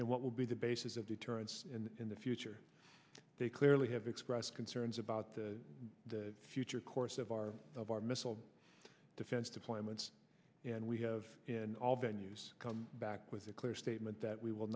and what will be the basis of deterrence and in the future they clearly have expressed concerns about the future course of our of our missile defense deployments and we have in all venues come back with a clear statement that we will